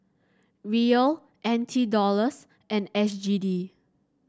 Riyal N T Dollars and S G D